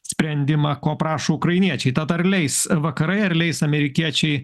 sprendimą ko prašo ukrainiečiai tad ar leis vakarai ar leis amerikiečiai